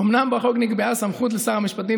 אומנם בחוק נקבעה סמכות לשר המשפטים,